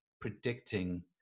predicting